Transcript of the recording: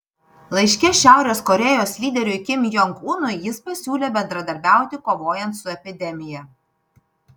laiške šiaurės korėjos lyderiui kim jong unui jis pasiūlė bendradarbiauti kovojant su epidemija